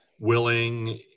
willing